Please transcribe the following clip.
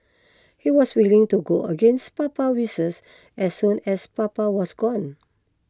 he was willing to go against Papa's wishes as soon as Papa was gone